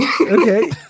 Okay